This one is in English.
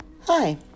Hi